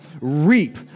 reap